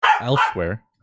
elsewhere